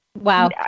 wow